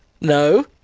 No